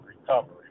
recovery